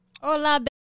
Hola